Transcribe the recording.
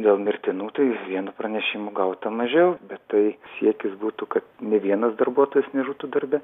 dėl mirtinų tai vienu pranešimu gauta mažiau bet tai siekis būtų kad nė vienas darbuotojas nežūtų darbe